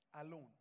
alone